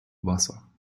wasser